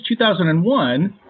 2001